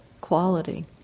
quality